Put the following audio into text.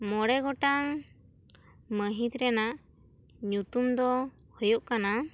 ᱢᱚᱬᱮ ᱜᱚᱴᱟᱝ ᱢᱟᱹᱦᱤᱛ ᱨᱮᱱᱟᱜ ᱧᱩᱛᱩᱢ ᱫᱚ ᱦᱩᱭᱩᱜ ᱠᱟᱱᱟ